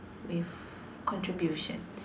with contributions